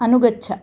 अनुगच्छ